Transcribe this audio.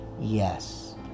yes